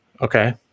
Okay